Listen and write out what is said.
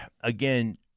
again